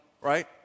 right